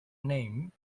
name